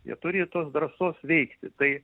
jie turi tos drąsos veikti tai